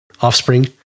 offspring